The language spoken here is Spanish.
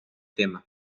tema